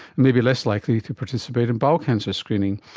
may be less likely to participate in bowel cancer screening.